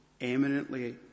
eminently